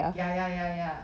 ya ya ya ya